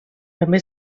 també